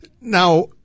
Now